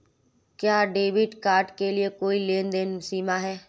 क्या debit card के लिए कोई लेनदेन सीमा है?